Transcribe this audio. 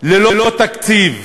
ללא תקציב,